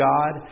God